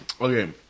Okay